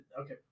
okay